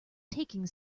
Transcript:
taking